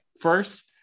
first